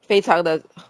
非常的